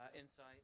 insight